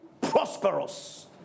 prosperous